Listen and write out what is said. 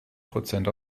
prozent